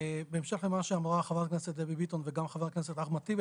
בהמשך למה שאמרה חברת הכנסת דבי ביטון וגם חבר הכנסת אחמד טיבי,